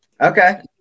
okay